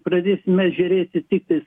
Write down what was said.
pradėsim mes žiūrėti tiktais